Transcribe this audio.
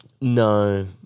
No